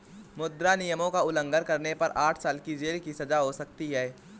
मुद्रा नियमों का उल्लंघन करने पर आठ साल की जेल की सजा हो सकती हैं